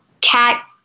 cat